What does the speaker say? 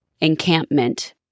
encampment